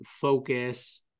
focus